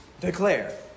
declare